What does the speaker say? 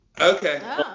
Okay